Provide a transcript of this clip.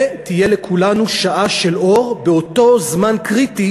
ותהיה לכולנו שעה של אור באותו זמן קריטי